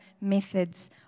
methods